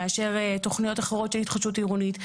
מאשר תכניות אחרות של התחדשות עירונית.